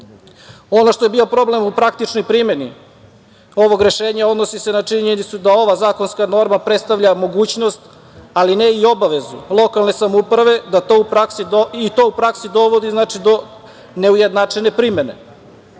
što je bio problem u praktičnoj primeni ovog rešenja odnosi se na činjenicu da ova zakonska borba predstavlja mogućnost, ali ne i obavezu lokalne samouprave i to u praksi dovodi do neujednačene primene.